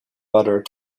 butter